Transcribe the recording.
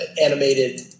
animated